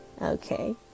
Okay